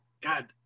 God